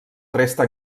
resta